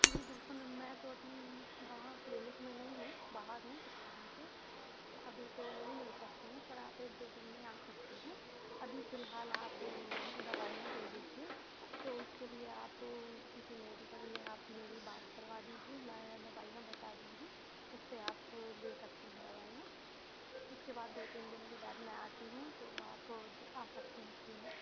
जी बिल्कुल मैं तो अभी वहाँ क्लिनिक में नहीं हूँ बाहर हूँ कुछ काम से तो अभी तो नहीं मिल सकती हूँ पर आप एक दो दिन में आ सकती हैं अभी फ़िलहाल आप दवाईयाँ ले लीजिए तो उसके लिए आप किसी मेडिकल में आप मेरी बात करवा दीजिए मैं दवाईयाँ बता दूँगी उससे आप ले सकती हैं दवाईयाँ उसके बाद दो तीन दिन के बाद मैं आती हूँ तो आप दिखा सकती हैं क्लिनिक